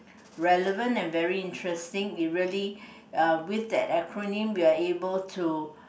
relevant and very interesting it really uh with that acronym we are able to